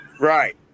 Right